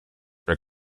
are